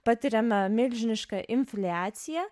patiriame milžinišką infliaciją